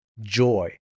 joy